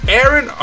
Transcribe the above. Aaron